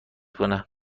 کنه